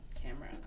Camera